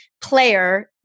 player